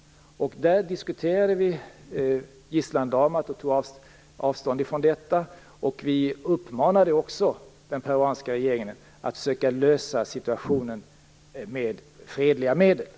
Där diskuterade vi gisslandramat och tog avstånd ifrån detta. Vi uppmanade också den peruanska regeringen att försöka lösa situationen med fredliga medel.